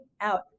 out